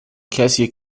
کسیه